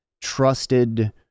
trusted